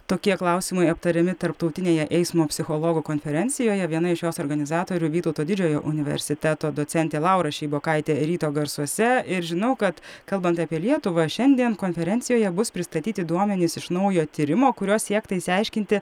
tokie klausimai aptariami tarptautinėje eismo psichologų konferencijoje viena iš jos organizatorių vytauto didžiojo universiteto docentė laura šeibokaitė ryto garsuose ir žinau kad kalbant apie lietuvą šiandien konferencijoje bus pristatyti duomenys iš naujo tyrimo kuriuo siekta išsiaiškinti